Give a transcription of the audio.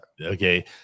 Okay